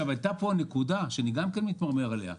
עלתה כאן נקודה שגם עליה אני מתמרמר,